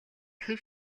хэв